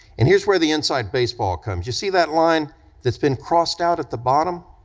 and here's where the inside baseball comes, you see that line that's been crossed out at the bottom?